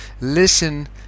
listen